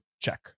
check